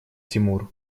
тимур